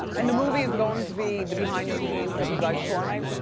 and the movie is going to be the behind-the-scenes of you guys touring?